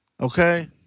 Okay